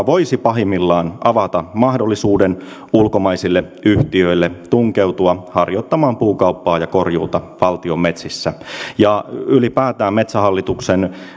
voisi pahimmillaan avata mahdollisuuden ulkomaisille yhtiöille tunkeutua harjoittamaan puukauppaa ja korjuuta valtion metsissä ja ylipäätään metsähallituksen